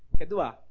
Kedua